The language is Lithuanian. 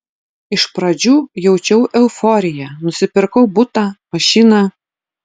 iš pradžių jaučiau euforiją nusipirkau butą mašiną